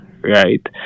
right